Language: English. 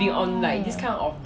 oo